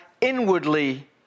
inwardly